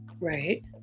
Right